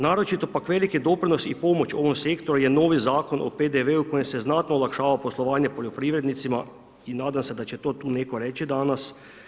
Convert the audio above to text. Naročito, pak veliki doprinos ovom sektoru je novi Zakon o PDV-u kojim se znatno olakšava poslovanje poljoprivrednicima i nadam se da će to tu netko reći danas.